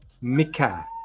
mika